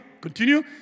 Continue